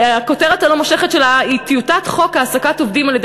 הכותרת הלא-מושכת שלה היא: טיוטת חוק העסקת עובדים על-ידי